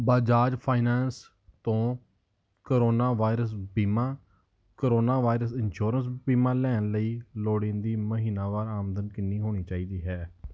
Bajaj finance ਤੋਂ corona virus ਬੀਮਾ corona virus insurance ਬੀਮਾ ਲੈਣ ਲਈ ਲੋੜੀਂਦੀ ਮਹੀਨਾਵਾਰ ਆਮਦਨ ਕਿੰਨੀ ਹੋਣੀ ਚਾਹੀਦੀ ਹੈ